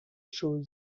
choses